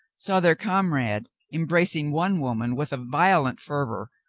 saw their comrade embracing one woman with a violent fer vor,